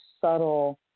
subtle